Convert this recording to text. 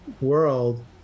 world